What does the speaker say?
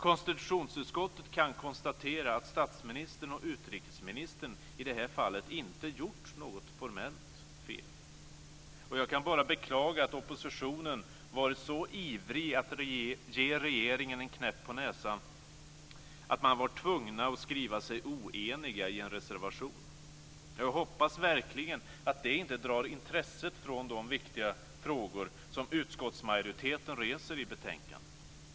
Konstitutionsutskottet kan konstatera att statsministern och utrikesministern i det här fallet inte har gjort något formellt fel, och jag kan bara beklaga att oppositionen har varit så ivrig att ge regeringen en knäpp på näsan att man har varit tvungen att skriva sig oenig i en reservation. Jag hoppas verkligen att det inte drar intresset från de viktiga frågor som utskottsmajoriteten reser i betänkandet.